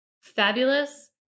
fabulous